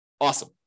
Awesome